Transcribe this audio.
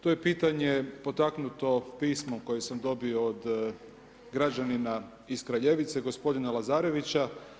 To je pitanje potaknuto pismom koje sam dobio od građanina iz Kraljevice, gospodina Lazarevića.